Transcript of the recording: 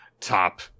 Top